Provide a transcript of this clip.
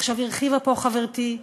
עכשיו הרחיבה פה חברתי,